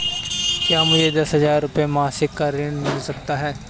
क्या मुझे दस हजार रुपये मासिक का ऋण मिल सकता है?